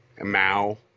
Mao